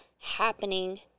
happening